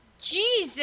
Jesus